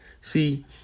See